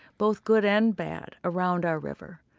both good and bad, around our river,